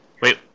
Wait